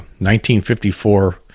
1954